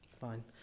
Fine